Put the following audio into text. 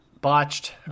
botched